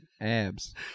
abs